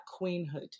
queenhood